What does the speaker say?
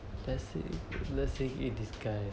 let's say let's say hate this guy ah